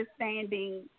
understanding